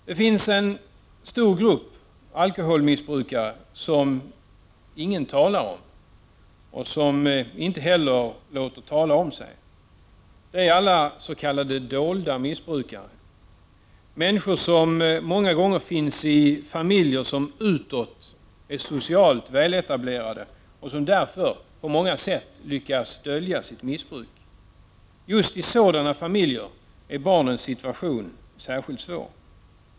Det finns en stor grupp alkoholmissbrukare som ingen talar om och som inte heller låter sig talas om. Det är alla s.k. dolda missbrukare. Det är människor som många gånger finns i familjer som utåt sett är socialt väletablerade och som därför på många sätt lyckas dölja sitt missbruk. Just i sådana familjer är barnens situation särskilt svår.